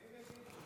ימים יגידו.